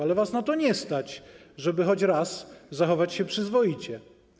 Ale was na to nie stać, żeby choć raz zachować się przyzwoicie.